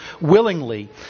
willingly